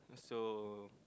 so